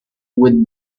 with